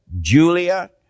Julia